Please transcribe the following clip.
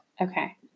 Okay